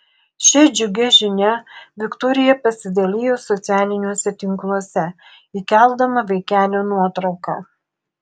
šia džiugia žinia viktorija pasidalijo socialiniuose tinkluose įkeldama vaikelio nuotrauką